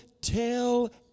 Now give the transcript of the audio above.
tell